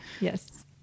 yes